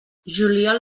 juliol